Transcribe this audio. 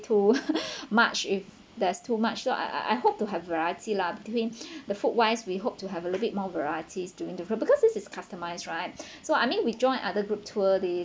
too much if there's too much so I I hope to have variety lah during the food wise we hope to have a bit more varieties during because this is customized right so I mean we join other group tour they